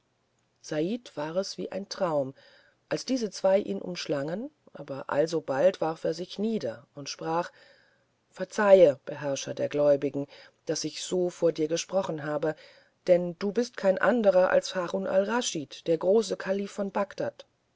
said war es wie ein traum als diese zwei ihn umschlangen aber alsobald warf er sich nieder und sprach verzeihe beherrscher der gläubigen daß ich so vor dir gesprochen habe denn du bist kein anderer als harun al raschid der große kalif von bagdad